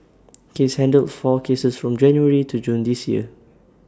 case handled four cases from January to June this year